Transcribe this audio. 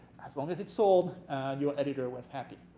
as long as it sold your editor was happy.